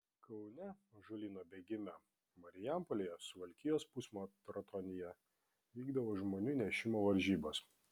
kaune ąžuolyno bėgime marijampolėje suvalkijos pusmaratonyje vykdavo žmonų nešimo varžybos